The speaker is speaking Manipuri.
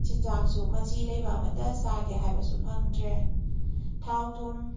ꯆꯤꯟꯖꯥꯛꯁꯨ ꯃꯆꯤ ꯂꯩꯕ ꯑꯃꯇ ꯆꯥꯒꯦ ꯍꯥꯏꯕꯁꯨ ꯐꯪꯗ꯭ꯔꯦ ꯊꯥꯎ ꯊꯨꯝ